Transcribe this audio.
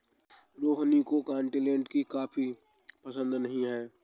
रोहिणी को कॉन्टिनेन्टल की कॉफी पसंद नहीं है